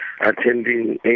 attending